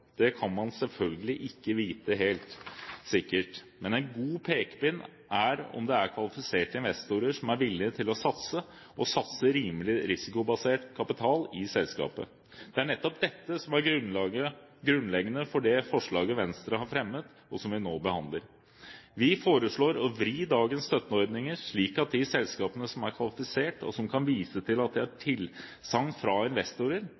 Det kan man selvfølgelig ikke vite helt sikkert. Men en god pekepinn er om det er kvalifiserte investorer som er villige til å satse, og satse rimelig risikobasert kapital i selskapet. Det er nettopp dette som er grunnleggende for det forslaget Venstre har fremmet, og som vi nå behandler. Vi foreslår å vri dagens støtteordninger slik at de selskapene som er kvalifisert, og som kan vise til at de har tilsagn fra investorer,